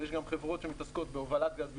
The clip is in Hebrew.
יש גם חברות שמתעסקות בהובלת גז בלבד,